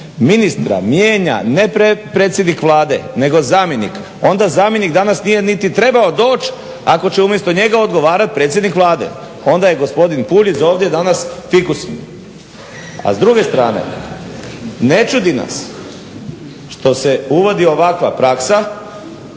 ministra mijenja ne predsjednik Vlade nego zamjenik. Onda zamjenik danas nije niti trebao doći ako će umjesto njega odgovarat predsjednik Vlade, onda je gospodin Puljiz ovdje danas fikus. A s druge strane, ne čudi nas što se uvodi ovakva praksa